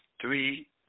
three